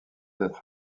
être